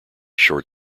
short